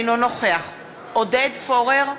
אינו נוכח עודד פורר,